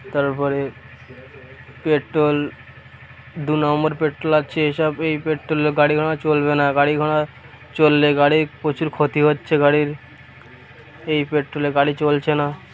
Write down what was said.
তার পরে পেট্রোল দু নম্বর পেট্রোল আছে এইসব এই পেট্রোলে গাড়ি ঘোড়া চলবে না গাড়ি ঘোড়া চললে গাড়ির প্রচুর ক্ষতি হচ্ছে গাড়ির এই পেট্রোলে গাড়ি চলছে না